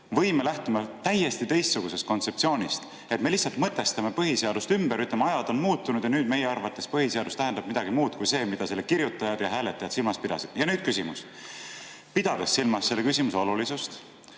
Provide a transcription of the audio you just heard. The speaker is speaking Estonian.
või me lähtume täiesti teistsugusest kontseptsioonist, et me lihtsalt mõtestame põhiseadust ümber, ütleme, et ajad on muutunud ja nüüd meie arvates põhiseadus tähendab midagi muud kui see, mida selle kirjutajad ja hääletajad silmas pidasid? Ja nüüd küsimus. Pidades silmas selle küsimuse olulisust,